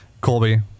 colby